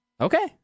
Okay